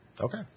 Okay